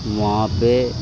وہاں پہ